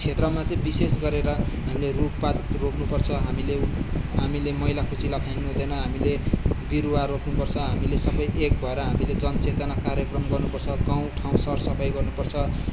विशेष गरेर हामीले रूखपात रोप्नु पर्छ हामीले हामीले मैला कुचैला फ्याँक्नु हुँदैन हामीले विरूवा रोप्नु पर्छ हामीले सबै एक भएर र हामीले जनचेतना कार्यक्रम गर्नुपर्छ गाउँ ठाउँ सर सफाई गर्नुपर्छ